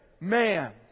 man